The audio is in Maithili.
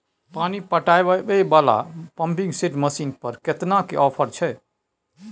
पानी पटावय वाला पंपिंग सेट मसीन पर केतना के ऑफर छैय?